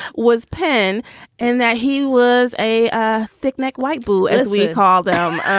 was penn and that he was a ah stick neck white boy, as we call them.